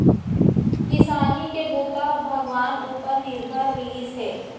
किसानी के बूता ह भगवान उपर निरभर रिहिस हे